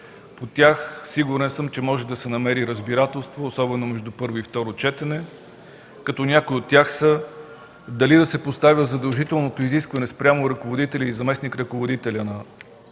комисии. Сигурен съм, че по тях може да се намери разбирателство, особено между първо и второ четене. Някои от тях са дали да се поставя задължителното изискване спрямо ръководителя и заместник-ръководителя на